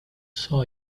saw